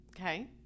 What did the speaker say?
Okay